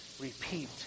repeat